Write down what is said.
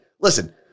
listen